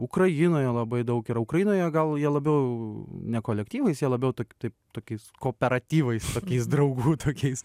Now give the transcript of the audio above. ukrainoje labai daug yra ukrainoje gal jie labiau ne kolektyvais jie labiau tok taip tokiais kooperatyvais tokiais draugų tokiais